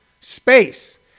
space